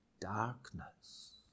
darkness